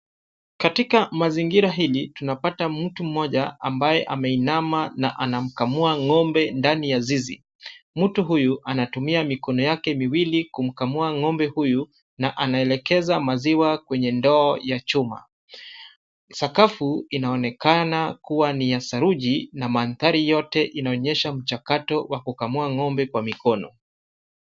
Katika mazingira hili tunapata mtu mmoja ambaye ameinama na anamukamua ng'ombe ndani ya zizi. Mtu huyu anatumia mikono yake miwili kumkamua ng'ombe huyu na anaelekeza maziwa kwa ndoo ya chuma. Sakafu inaonekana kuwa ni ya saruji na mandhari yote inaonyesha mchakato wa kukamua ng'ombe kwa mikono.